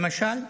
למשל,